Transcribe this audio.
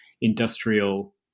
industrial